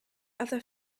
other